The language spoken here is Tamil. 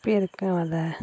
பேரிக்காய் வித